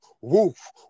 Woof